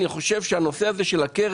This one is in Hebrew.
אני חושב שצריך לחשוב טוב-טוב על הנושא של הקרן.